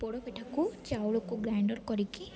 ପୋଡ଼ ପିଠାକୁ ଚାଉଳକୁ ଗ୍ରାଇଣ୍ଡର୍ କରିକି